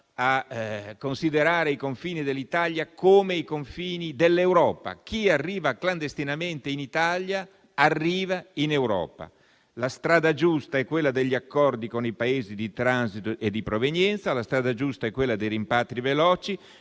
a considerare i confini dell'Italia come i confini dell'Europa. Chi arriva clandestinamente in Italia arriva in Europa. La strada giusta è quella degli accordi con i Paesi di transito e di provenienza. La strada giusta è quella dei rimpatri veloci.